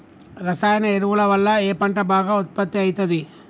రసాయన ఎరువుల వల్ల ఏ పంట బాగా ఉత్పత్తి అయితది?